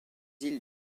îles